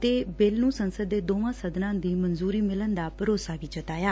ਉਨ੍ਹਾਂ ਬਿੱਲ ਨੂੰ ਸੰਸਦ ਦੇ ਦੋਵਾਂ ਸਦਨਾਂ ਦੀ ਮਨਜੂਰੀ ਮਿਲਣ ਦਾ ਭਰੋਸਾ ਜਤਾਇਆ